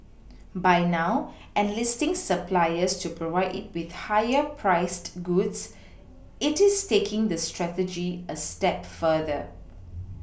by now enlisting suppliers to provide it with higher priced goods it is taking this strategy a step further